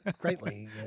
greatly